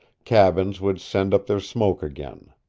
cabins would send up their smoke again.